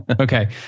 Okay